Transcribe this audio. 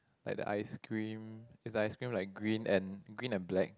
like the ice cream is the ice cream like green and green and black